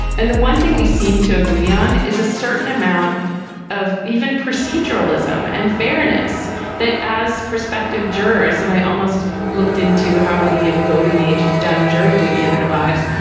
and the one thing we seem to agree on is a certain amount of even procedural ism and fairness that as prospective jurors and i almost looked into how many of voting age have done jury duty in their lives.